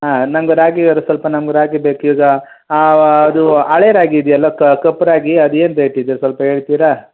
ಹಾಂ ನಂಗೆ ರಾಗಿ ಅದು ಸ್ವಲ್ಪ ನಮ್ಗೆ ರಾಗಿ ಬೇಕೀಗ ಅದು ಹಳೆ ರಾಗಿ ಇದೆಯಲ್ಲ ಕ ಕಪ್ಪು ರಾಗಿ ಅದೇನು ರೇಟಿದೆ ಸ್ವಲ್ಪ ಹೇಳ್ತೀರಾ